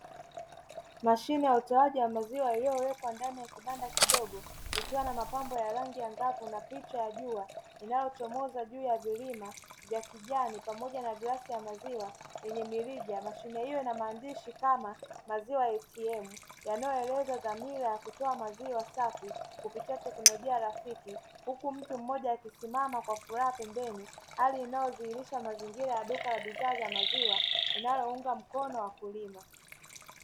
Mashine ya utoaji wa maziwa iliyowekwa ndani ya kibanda kidogo, kikiwa na mapambo ya rangi ya angavu na picha ya jua linalochomoza juu ya vilima vya kijani, pamoja na glasi ya maziwa yenye mirija. Mashine hiyo ina maandishi kama Maziwa ya "ATM" yanayoeleza dhamira ya kutoa maziwa safi, kupitia teknolojia rafiki, huku mtu mmoja kasimama kwa furaha pembeni, hali inayodhihirisha mazingira ya duka la bidhaa za maziwa linalowaunga mkono wakulima.